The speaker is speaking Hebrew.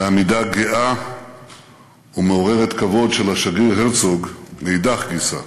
ועמידה גאה ומעוררת כבוד של השגריר הרצוג מאידך גיסא.